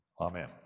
Amen